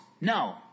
No